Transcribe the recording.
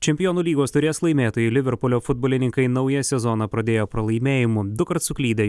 čempionų lygos taurės laimėtojai liverpulio futbolininkai naują sezoną pradėjo pralaimėjimu dukart suklydę